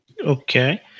Okay